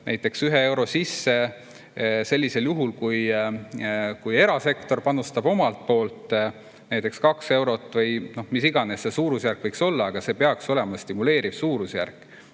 paneb 1 euro sisse sellisel juhul, kui erasektor panustab omalt poolt 2 eurot või mis iganes see suurusjärk võiks olla, aga see peaks olema stimuleeriv suurusjärk.